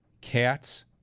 cats